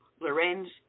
Lorenz